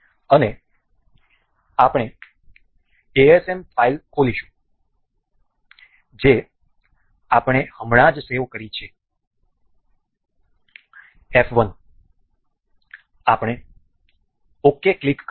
અને આપણે asm file ખોલીશું જે આપણે હમણાં જ સેવ કરી છે f 1 આપણે ok ક્લિક કરીશું